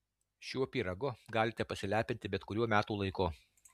šiuo pyragu galite pasilepinti bet kuriuo metų laiku